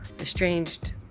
estranged